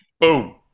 Boom